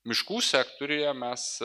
miškų sektoriuje mes